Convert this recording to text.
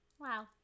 Wow